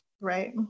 Right